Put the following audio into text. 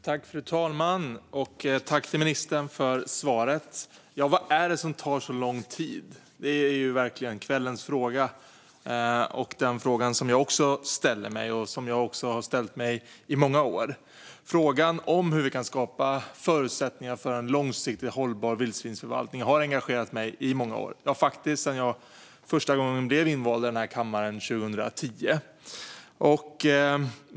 Fru talman! Jag tackar ministern för svaret. Ja, vad är det som tar så lång tid? Det är verkligen kvällens fråga, och även den fråga som jag har ställt i många år. Frågan om hur vi kan skapa förutsättningar för en långsiktigt hållbar vildsvinsförvaltning har engagerat mig i många år - ja, faktiskt sedan jag första gången blev invald i kammaren 2010.